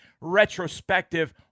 retrospective